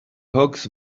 hogs